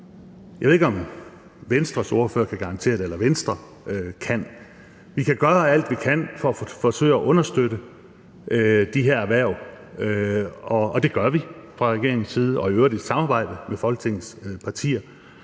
Jeg ved ikke, om Venstres ordfører eller om Venstre kan garantere det. Vi kan gøre alt, hvad vi kan, for at forsøge at understøtte de her erhverv, og det gør vi fra regeringens side og i øvrigt i samarbejde med Folketingets partier.